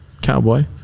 cowboy